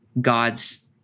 God's